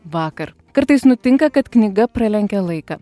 vakar kartais nutinka kad knyga pralenkia laiką